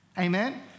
Amen